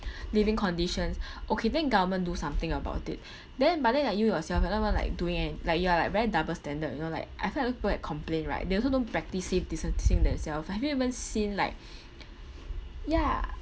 living conditions okay then government do something about it then but then like you yourself you're not even like doing any~ like you are like very double standard you know like uh some people good at complain right they also don't practise safe distancing themselves have you even seen like ya